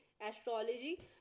astrology